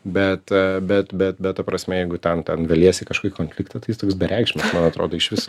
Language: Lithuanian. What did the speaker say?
bet bet bet bet ta prasme jeigu ten ten veliesi į kažkokį konfliktą tai jis toks bereikšmis man atrodo išvis